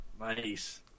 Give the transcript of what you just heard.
Nice